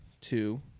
Two